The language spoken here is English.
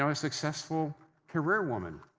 um successful career woman.